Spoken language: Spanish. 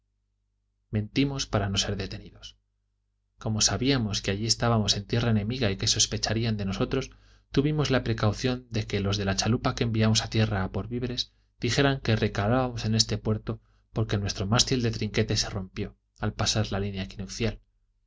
mentimos para no ser detenidos como sabíamos que allí estábamos en tierra enemiga y que sospecharían de nosotros tuvimos la precaución de que los de la chalupa que enviamos a tierra a por víveres dijeran que recalábamos en este puerto porque nuestro mástil de trinquete se rompió al pasar la línea equinoccial